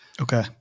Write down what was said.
Okay